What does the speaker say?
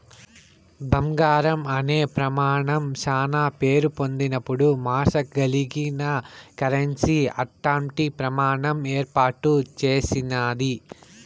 బంగారం అనే ప్రమానం శానా పేరు పొందినపుడు మార్సగలిగిన కరెన్సీ అట్టాంటి ప్రమాణం ఏర్పాటు చేసినాది